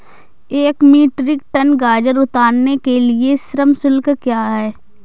एक metric ton गाजर उतारने के लिए श्रम शुल्क क्या है?